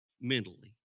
mentally